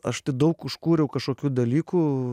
aš tai daug užkūriau kažkokių dalykų